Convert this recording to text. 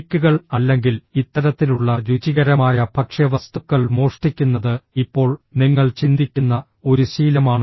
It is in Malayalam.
കേക്കുകൾ അല്ലെങ്കിൽ ഇത്തരത്തിലുള്ള രുചികരമായ ഭക്ഷ്യവസ്തുക്കൾ മോഷ്ടിക്കുന്നത് ഇപ്പോൾ നിങ്ങൾ ചിന്തിക്കുന്ന ഒരു ശീലമാണ്